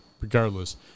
regardless